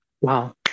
wow